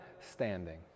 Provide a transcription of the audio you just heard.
standing